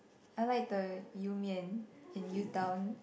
I like the you mian in Utown